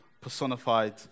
personified